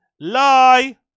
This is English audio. lie